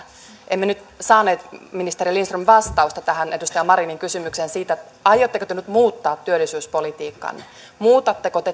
emme nyt saaneet ministeri lindström vastausta tähän edustaja marinin kysymykseen siitä aiotteko te nyt muuttaa työllisyyspolitiikkaanne muutatteko te